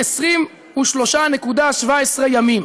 23.17 ימים.